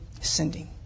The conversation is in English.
Sending